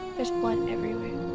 there's blood everywhere.